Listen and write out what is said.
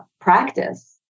practice